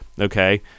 Okay